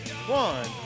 One